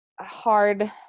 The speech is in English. hard